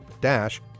dash